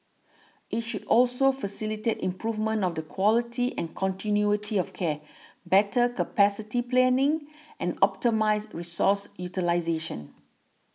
it should also facilitate improvement of the quality and continuity of care better capacity planning and optimise resource utilisation